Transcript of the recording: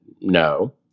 no